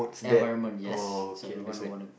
environment yes so everyone will wanna